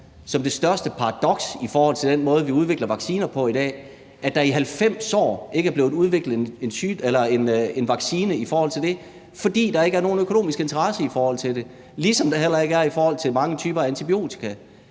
som det største paradoks i forhold til den måde, vi udvikler vacciner på i dag – at der i 90 år ikke er blevet udviklet en vaccine til det, fordi der ikke er nogen økonomisk interesse i forhold til det, ligesom der heller ikke er i forhold til mange typer af antibiotika.